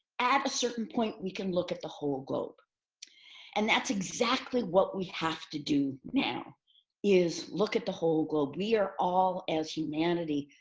at a certain point, we can look at the whole globe and that's exactly what we have to do now is look at the whole globe. we are all, as humanity,